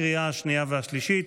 לקריאה השנייה והשלישית.